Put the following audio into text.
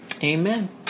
amen